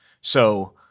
So-